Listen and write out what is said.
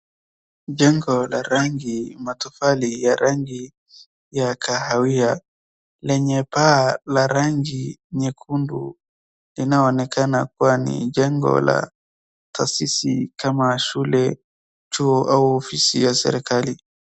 Jengo la rangi, matofali ya rangi ya kahawia lenye paa la rangi nyekundu. Yanaonekana kuwa ni jengo la taasisi kama shule ,chuo au ofisi ya serikali.